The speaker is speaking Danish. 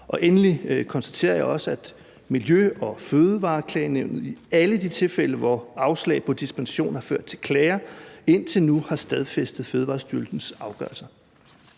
Endelig konstaterer jeg også, at Miljø- og Fødevareklagenævnet i alle de tilfælde, hvor afslag på dispensation har ført til klager, indtil nu har stadfæstet Fødevarestyrelsens afgørelser.